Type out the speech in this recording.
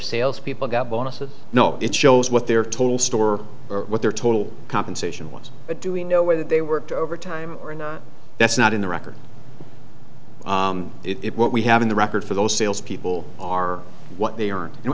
salespeople got bonuses no it shows what their total store or what their total compensation was but do we know whether they worked overtime or not that's not in the record it what we have in the record for those sales people are what they ar